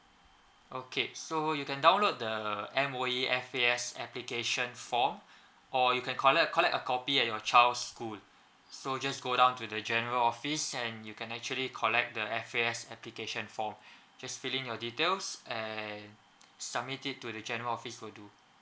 okay so you can download the M_O_E F_A_S application form or you can collect collect a copy at your child's school so just go down to the general office and you can actually collect the F_A_S application form just fill in your details and submit it to the general office will do